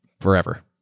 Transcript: forever